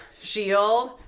shield